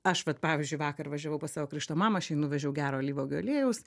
aš vat pavyzdžiui vakar važiavau pas savo krikšto mamą aš jai nuvežiau gero alyvuogių aliejaus